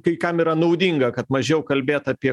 kai kam yra naudinga kad mažiau kalbėt apie